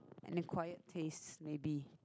and a quiet taste maybe